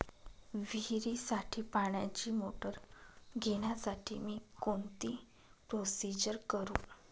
विहिरीसाठी पाण्याची मोटर घेण्यासाठी मी कोणती प्रोसिजर करु?